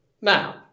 Now